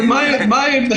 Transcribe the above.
רק מים.